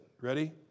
Ready